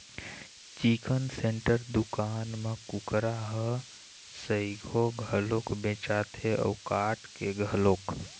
chicken centre दुकान म कुकरा ह सइघो घलोक बेचाथे अउ काट के घलोक